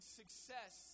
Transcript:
success